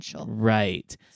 Right